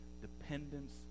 dependence